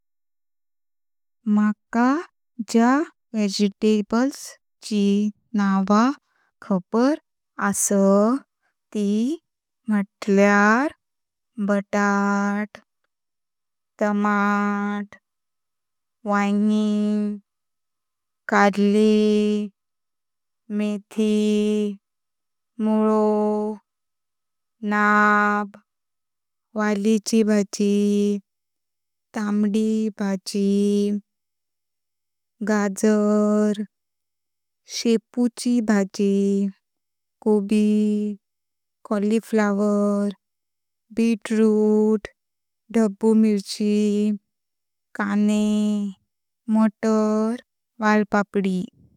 मका ज्या वेजेटेबल्सची नाव खबरो असा त म्हुटल्यार बोटाट, टोमाट, वांगी, कार्ली। मेथी, मुलो, नाब, वालि ची भाजी, तांबडी भाजी, गाजर, शेपु ची भाजी, कॉबी, कॉलीफ्लॉवर, बीट्रूट, धब्बु मिर्ची, काने, मटर, वाळपापडी।